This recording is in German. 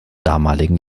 damaligen